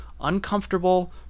uncomfortable